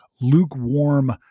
lukewarm